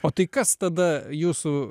o tai kas tada jūsų